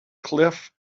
cliff